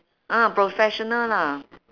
ah professional lah